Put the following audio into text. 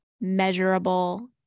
measurable